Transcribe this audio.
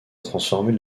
transformer